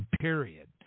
Period